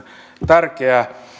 tärkeä